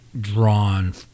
drawn